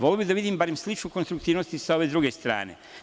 Voleo bih da vidim barem sličnu konstruktivnost i sa ove druge strane.